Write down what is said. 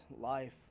life